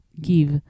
give